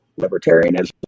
libertarianism